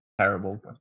terrible